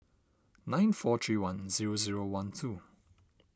nine four three one zero zero one two